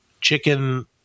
chicken